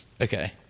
Okay